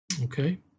Okay